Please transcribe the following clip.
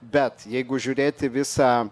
bet jeigu žiūrėt į visą